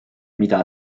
mida